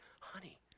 Honey